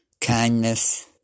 kindness